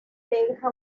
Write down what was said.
deja